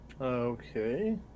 Okay